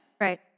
Right